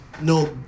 no